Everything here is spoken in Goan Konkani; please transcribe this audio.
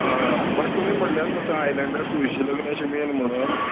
आ बट तुमी म्हटल्यार न्हू तो आयलंडार तुळशी लग्न अशें मेन म्हणून